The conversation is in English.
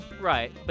Right